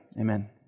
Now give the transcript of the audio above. Amen